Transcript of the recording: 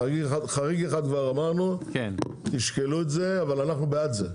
חריג אחד כבר אמרנו תשקלו את זה אבל אנחנו בעד זה,